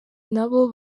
nabo